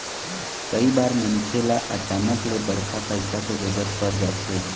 कइ बार मनखे ल अचानक ले बड़का पइसा के जरूरत पर जाथे